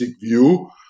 view